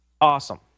awesome